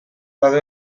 badu